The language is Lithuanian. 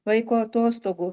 vaiko atostogų